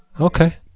Okay